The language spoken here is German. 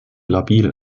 labil